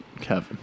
Kevin